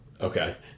Okay